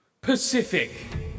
Pacific